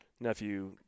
Nephew